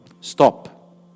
Stop